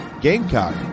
Gamecock